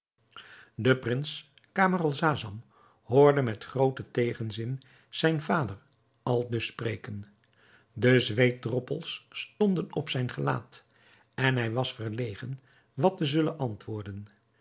de prins camaralzaman hoorde met grooten tegenzin zijn vader aldus spreken de zweetdroppels stonden op zijn gelaat en hij was verlegen wat te zullen antwoorden